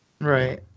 Right